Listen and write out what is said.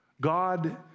God